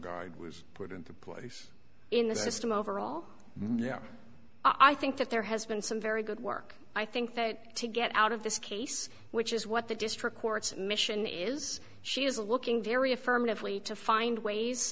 guide was put into place in the system overall i think that there has been some very good work i think to get out of this case which is what the district courts mission is she is looking very affirmatively to find ways